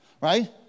right